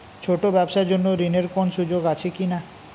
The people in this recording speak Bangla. ছোট ব্যবসার জন্য ঋণ এর কোন সুযোগ আছে কি না?